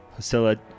Hosilla